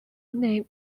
name